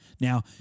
Now